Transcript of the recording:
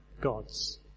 gods